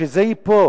בשביל זה היא פה,